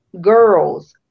Girls